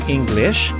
English